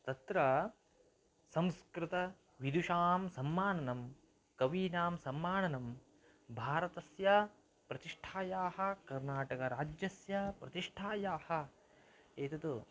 तत्र संस्कृतविदुषां सम्माननं कवीनां सम्माननं भारतस्य प्रतिष्ठायाः कर्नाटकराज्यस्य प्रतिष्ठायाः एतत्